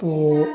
तो